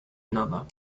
another